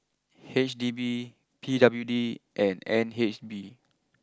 H D B P W D and N H B